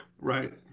Right